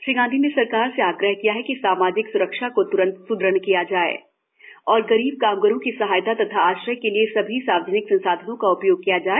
श्री गांधी ने सरकार से आग्रह किया कि सामाजिक स्रक्षा को त्रंत सुदृढ़ किया जाए और गरीब कामगारों की सहायता तथा आश्रय के लिए सभी सार्वजनिक संसाधनों का उपयोग किया जाए